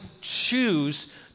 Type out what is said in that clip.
choose